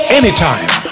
anytime